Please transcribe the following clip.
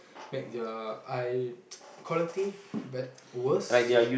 make their eye quality bad worse